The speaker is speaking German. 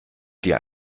dir